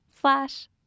slash